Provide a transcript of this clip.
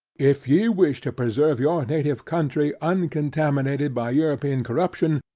if ye wish to preserve your native country uncontaminated by european corruption,